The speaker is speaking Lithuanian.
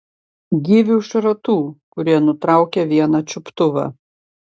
gyvių šratų kurie nutraukė vieną čiuptuvą